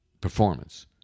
performance